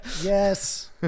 Yes